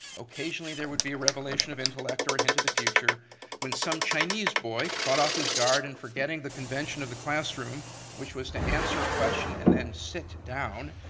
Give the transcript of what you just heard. occasionally there would be a revelation of intellect or a hint of the future when some chinese boy caught off his guard and forgetting the convention of the classroom which was to answer a question and then sit down,